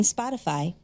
Spotify